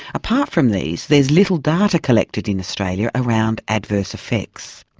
apart from these, there is little data collected in australia around adverse effects.